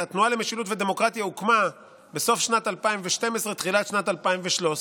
התנועה למשילות ודמוקרטיה הוקמה בסוף שנת 2012 תחילת שנת 2013,